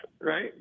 right